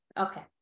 okay